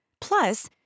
Plus